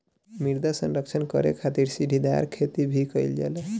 मृदा संरक्षण करे खातिर सीढ़ीदार खेती भी कईल जाला